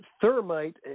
thermite